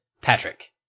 Patrick